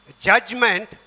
judgment